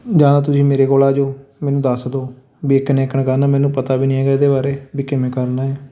ਜਾਂ ਤੁਸੀਂ ਮੇਰੇ ਕੋਲ ਆ ਜੋ ਮੈਨੂੰ ਦੱਸ ਦਉ ਵੀ ਐਕਣ ਐਕਣ ਕਰਨਾ ਮੈਨੂੰ ਪਤਾ ਵੀ ਨਹੀਂ ਹੈਗਾ ਇਹਦੇ ਬਾਰੇ ਵੀ ਕਿਵੇਂ ਕਰਨਾ ਏ